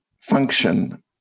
function